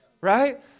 Right